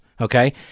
okay